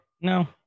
no